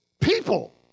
people